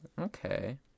Okay